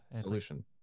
solution